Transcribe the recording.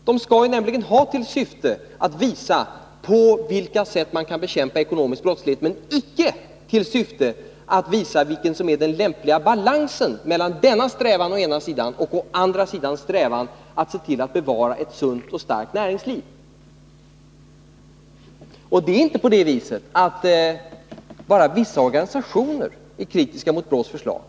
De skall nämligen syfta till att visa på vilka sätt man kan bekämpa ekonomisk brottslighet, icke till att visa vad som är den lämpliga balansen mellan denna strävan å ena sidan och strävan att bevara ett sunt och starkt näringsliv å andra sidan. Inte bara vissa organisationer är kritiska mot BRÅ:s förslag.